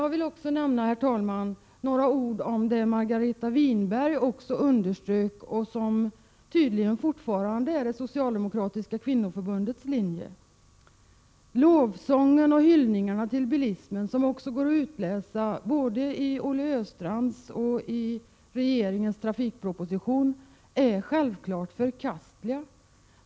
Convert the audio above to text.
Jag vill också nämna några ord om det som Margareta Winberg underströk och som tydligen fortfarande är det socialdemokratiska kvinnoförbundets linje. Lovsången och hyllningarna till bilismen som går att utläsa både i Olle Östrands anföranden och i regeringens trafikproposition är självfallet förkastliga.